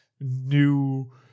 new